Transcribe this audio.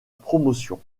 promotion